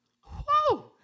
Whoa